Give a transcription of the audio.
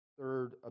third